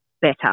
better